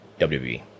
WWE